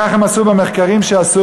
כך הם מצאו במחקרים שעשו,